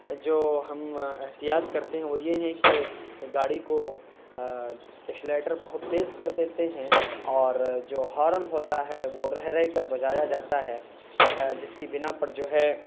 جو ہم احتیاط کرتے ہیں وہ یہ ہیں کہ گاڑی کو ایکسیلیٹر بہت تیز کر دیتے ہیں اور جو ہارن ہوتا ہے وہ رہ رہ کر بجایا جاتا ہے جس کی بنا پر جو ہے